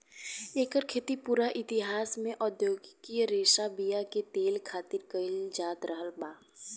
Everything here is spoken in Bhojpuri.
एकर खेती पूरा इतिहास में औधोगिक रेशा बीया के तेल खातिर कईल जात रहल बा